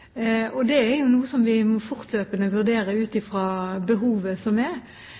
Det er noe som vi fortløpende må vurdere ut fra det behovet som er.